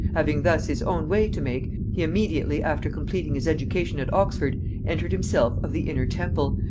having thus his own way to make, he immediately after completing his education at oxford entered himself of the inner temple,